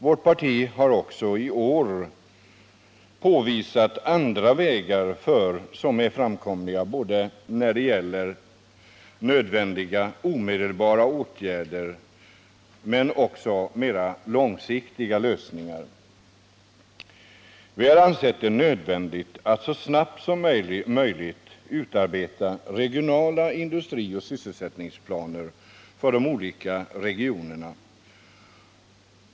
Vårt parti har också i år påvisat andra vägar som är framkomliga både när det gäller nödvändiga omedelbara åtgärder men också mer långsiktiga lösningar. Vi har ansett det nödvändigt att så snabbt som möjligt utarbeta industrioch sysselsättningsplaner för de olika regionerna.